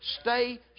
Stay